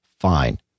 fine